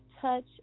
touch